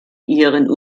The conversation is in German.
ihren